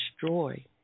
destroy